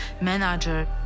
manager